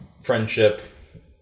friendship